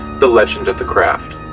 the legend of the craft